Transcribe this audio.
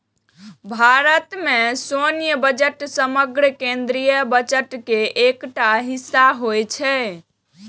भारत मे सैन्य बजट समग्र केंद्रीय बजट के एकटा हिस्सा होइ छै